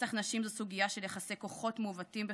רצח נשים זו סוגיה של יחסי כוחות מעוותים בחברה,